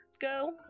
go